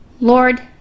Lord